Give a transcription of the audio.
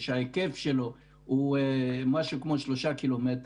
שההיקף שלו הוא משהו כמו 3 ק"מ,